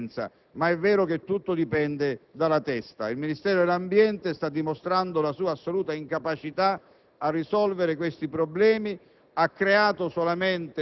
modelli di efficienza, ma è altrettanto vero che tutto dipende dalla testa. Il Ministero dell'ambiente sta dimostrando la sua assoluta incapacità di risolvere questi problemi.